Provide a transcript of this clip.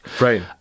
Right